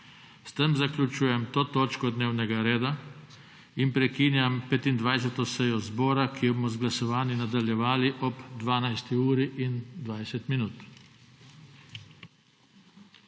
S tem zaključujem to točko dnevnega reda in prekinjam 25. sejo zbora, ki jo bomo z glasovanjem nadaljevali ob 12.